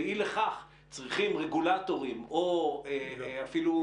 ואי לכך צריכים רגולטורים או אפילו